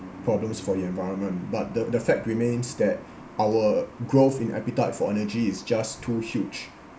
problems for the environment but the the fact remains that our growth in appetite for energy is just too huge